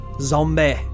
Zombie